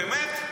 באמת?